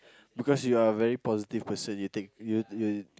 because you are a very positive person you think you you